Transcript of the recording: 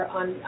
on